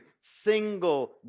single